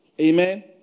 Amen